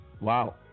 Wow